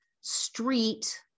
street